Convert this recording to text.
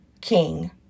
King